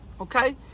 Okay